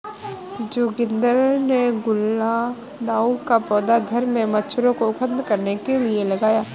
जोगिंदर ने गुलदाउदी का पौधा घर से मच्छरों को खत्म करने के लिए लगाया